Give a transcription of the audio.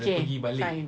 okay fine